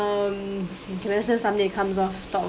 um can I say something comes of top